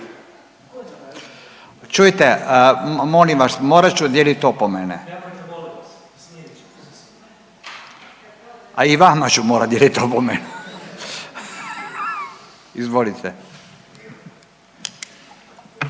Čujte molim vas morat ću dijelit opomene, a i vama ću morat dijelit opomenu. Izvolite.